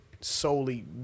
solely